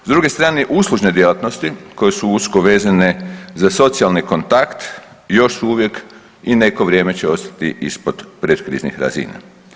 S druge strane uslužne djelatnosti koje su usko vezane za socijalni kontakt, još su uvijek i neko vrijeme će ostati ispod pretkriznih razina.